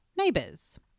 Neighbours